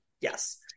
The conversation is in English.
Yes